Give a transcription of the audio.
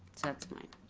that's my,